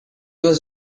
was